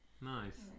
Nice